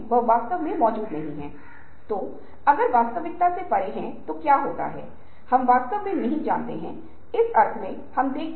गहन सोच में दूसरों की तुलना में अलग होने की हिम्मत रखे